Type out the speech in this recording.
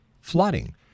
flooding